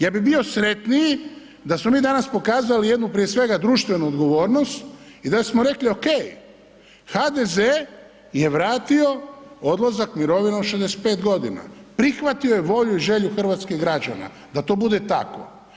Ja bi bio sretniji da smo mi danas pokazali jednu prije svega društvenu odgovornost i da smo rekli ok, HDZ je vratio odlazak mirovine u 65 godina, prihvatio je volju i želju hrvatskih građana da to bude tako.